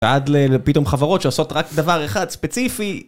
ועד לפתאום חברות שעושות רק דבר אחד ספציפי